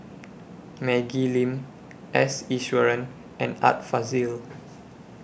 Maggie Lim S Iswaran and Art Fazil